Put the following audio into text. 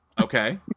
Okay